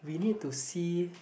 we need to see